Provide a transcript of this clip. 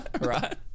right